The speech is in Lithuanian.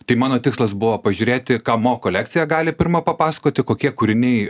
tai mano tikslas buvo pažiūrėti ką mo kolekcija gali pirma papasakoti kokie kūriniai